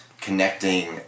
connecting